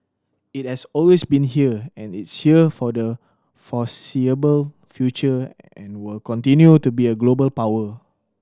it has always been here and it's here for the foreseeable future and will continue to be a global power